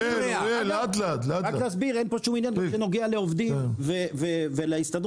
רק להסביר אין פה שום עניין בנוגע לעובדים ולהסתדרות.